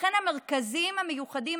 לכן המרכזים המיוחדים,